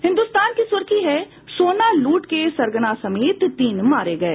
हिन्दुस्तान की सुर्खी है सोना लूट के सरगना समेत तीन मारे गये